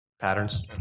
Patterns